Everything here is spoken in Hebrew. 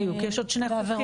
בדיוק, יש עוד שני חוקים.